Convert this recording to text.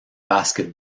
basket